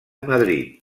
madrid